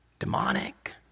demonic